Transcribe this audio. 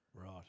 Right